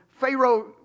Pharaoh